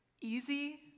easy